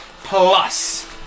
plus